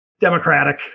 democratic